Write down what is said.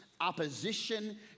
opposition